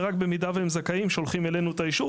ורק במידה והם זכאים הם שולחים אלינו את האישור,